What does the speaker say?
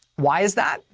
why is that?